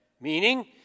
meaning